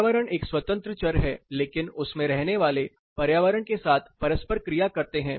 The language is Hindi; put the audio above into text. पर्यावरण एक स्वतंत्र चर है लेकिन उसमें रहने वाले पर्यावरण के साथ परस्पर क्रिया करते है